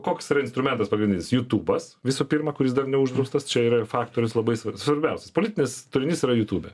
koks yra instrumentas pagrindinis jutūbas visų pirma kuris dar neuždraustas čia yra ir faktorius labai svar svarbiausias politinis turinys yra jutūbe